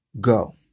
go